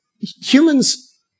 humans